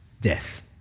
Death